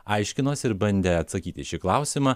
aiškinosi ir bandė atsakyti į šį klausimą